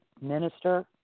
minister